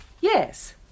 Yes